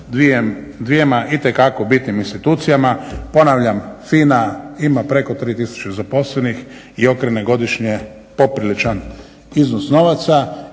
dvjema itekako bitnim institucijama. Ponavljam FINA imam preko 3 tisuće zaposlenih i okrene godišnje popriličan iznos novaca.